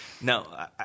No